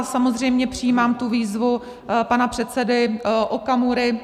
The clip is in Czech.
Samozřejmě přijímám tu výzvu pana předsedy Okamury.